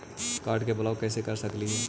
Card के block कैसे कर सकली हे?